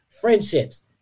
friendships